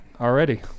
already